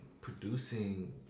producing